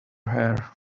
hair